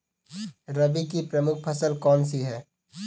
रबी की प्रमुख फसल कौन सी है?